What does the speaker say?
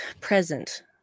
present